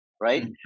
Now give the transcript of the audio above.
right